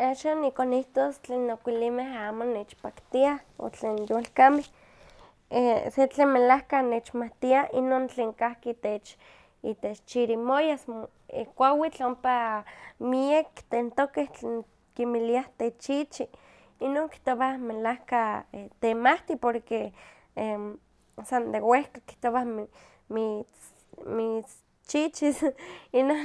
Axan nikonihtos tlen okuilimeh amo nechpaktiah, o tlen yolkameh, e- se tlen melahka nechmawtia, inon tlen kahki itech- itech chirimoyas, mo- e- kuawitl ompa miak tentokeh tlen kimiliah techichi, inon kihtowah melahka temawtih porque san de wehka kihtowa mitzchichis, inon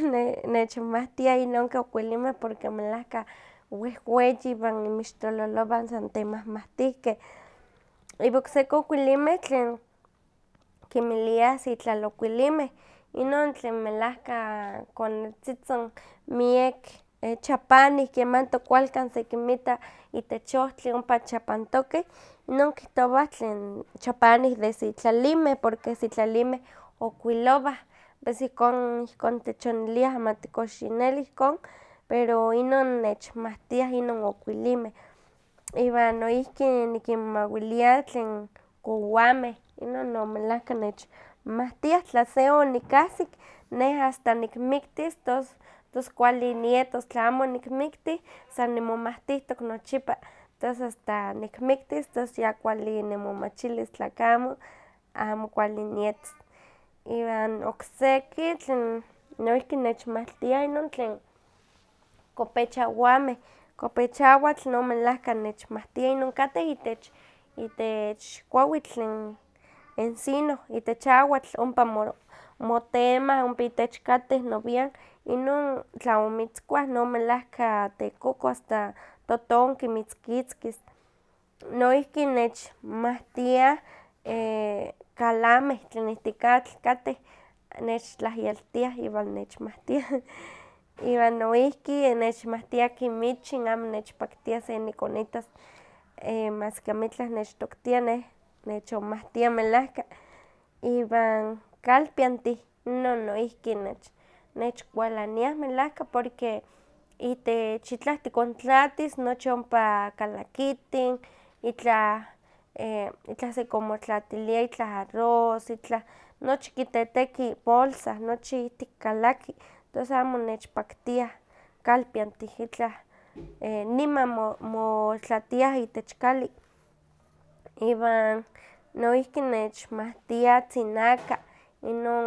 nechmawtiah inonkeh okuilinmeh porque melahka wehweyin, iwan inmixtololowan san temawmawtihkeh, iwan okseki okuilinmeh tlen kinmiliah sitlalokuilimeh, inon tlen melahka konetzitzin miek chapanih kemanti okkualkan sekinmita itech ohtli ompa chapantokeh, inon kihtowa tlen chapanih de sitlalimeh porque sitlalimeh okuilowah, pues ihkon, ihkon techoniliah, amati kox yineli ihkon pero inon nechmawtiah inon okuilimeh. Iwan noihki nikinmawilia tlen kowameh, inon no melahka nechmawtiah tla se onikahsik neh asta nikmiktis tos tos kuali nietos, tla amo onikmiktih, san nimomawtihtoik nochipa, tos asta nikmiktis tos ya kuali nimomachilis, tla keh amo, amo kuali nietos. Iwan okseki tlen noihki nechmawtiah, inon tlen kopechawameh. Kopechawatl nomelahka nechmawtia, inon kateh itech- itech kuawitl tlen encino, itech awatl, ompa mo- motemah, ompa itech kateh nowian, inon tla omitzkua non melehka tekokoh asta totonki mitzkitzkis, noihki nechmawtiah e- kalameh tlen ihtik atl kateh, nechtlahyaltiah iwan nech mawtiah. Iwan noihki nechmawtia kimichin amo nechpaktia se nikonitas, e- maski amitlah nechtoktia neh nechonmawtia melahka, iwan kalpiantih, inon noihki nech nech kualaniah melahka porque itech itlah tikontlatis nochi ompa kalakitin, itlah sekonmotlatilia itlah arroz, itlah nochi kiteteki bolsa, nochi ihtik kalaki, tos amo nechpaktiah kalpiantih. Itlah niman mo- motlatiah itech kali. Iwan noihki nechmawtia tzinaka, inon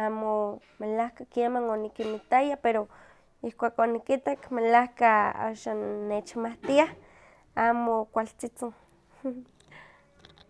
amo melahka keman onikinmitaya pero ihkuak oniktak axan melahka nechmawtiah, amo kualtzitzin.